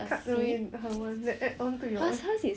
cause hers is I don't know I don't know what's her